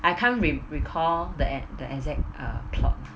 I can't re recall the ex the exact uh plot